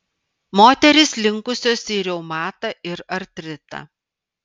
moterys linkusios į reumatą ir artritą